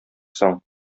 соң